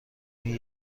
این